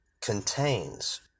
contains